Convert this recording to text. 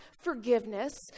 forgiveness